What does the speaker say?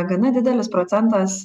gana didelis procentas